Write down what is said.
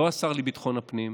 לא השר לביטחון פנים,